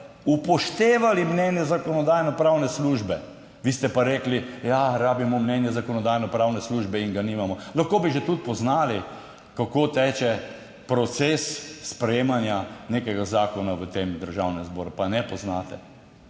upoštevali mnenje Zakonodajno-pravne službe. Vi ste pa rekli: rabimo mnenje Zakonodajno-pravne službe in ga nimamo. Lahko bi že tudi poznali, kako teče proces sprejemanja nekega zakona v Državnem zboru, pa ne poznate.